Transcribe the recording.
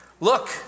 look